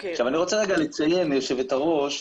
רוצה רגע לציין, יושבת הראש,